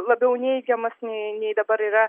labiau neigiamas nei nei dabar yra